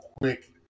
quick